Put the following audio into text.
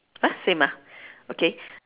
ah same ah okay